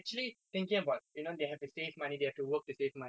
காசு சம்பாதிச்சுஅது:kaasu sambaathichu athu save பண்ணா தான் என்:pannaa thaan en future